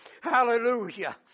Hallelujah